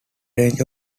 range